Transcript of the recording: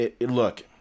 Look